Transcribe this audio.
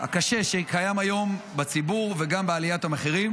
הקשה שקיים היום בציבור וגם לגבי עליית המחירים,